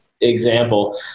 example